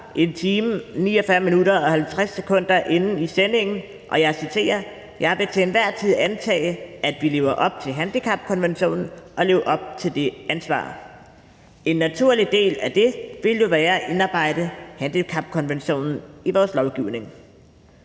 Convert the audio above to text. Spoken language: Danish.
1 time, 50 minutter og 11 sekunder inde i tv-sendingen sagde – og jeg citerer: »Jeg vil til enhver tid antage, at vi lever op til handicapkonventionen, og at man lever op til det ansvar«. En naturlig del af det ville jo være at indarbejde handicapkonventionen i vores lovgivning